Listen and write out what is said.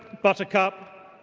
buttercup,